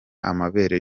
amabere